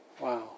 Wow